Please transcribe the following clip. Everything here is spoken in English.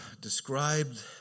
described